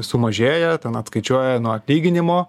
sumažėja ten atskaičiuoja nuo atlyginimo